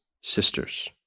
sisters